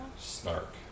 Snark